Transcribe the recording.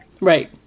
Right